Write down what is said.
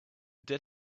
did